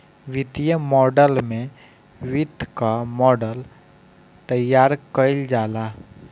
वित्तीय मॉडल में वित्त कअ मॉडल तइयार कईल जाला